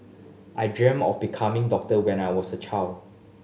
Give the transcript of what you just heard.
I dreamt of becoming doctor when I was a child